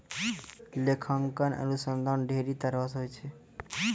लेखांकन अनुसन्धान ढेरी तरहो के होय छै